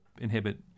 inhibit